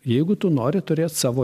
jeigu tu nori turėt savo